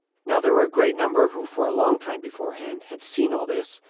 now there were a great number who for a long time beforehand had seen all this,